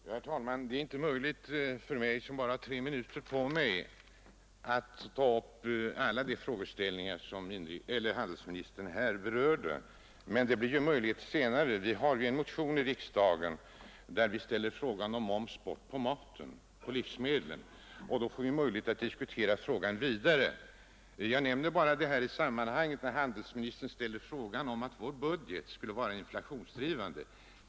Herr talman! Det är inte möjligt för mig som bara har tre minuter på mig att ta upp alla de frågeställningar som handelsministern här berörde, men det finns ju möjligheter senare. Vi har en motion i kammaren där vi ställer frågan om moms bort på livsmedlen, och när den kommer upp till behandling får vi möjlighet att diskutera frågan vidare. Jag nämner bara detta i sammanhanget, eftersom handelsministern påstår att vår budget är inflationsdrivande.